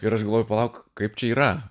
ir aš galvoju palauk kaip čia yra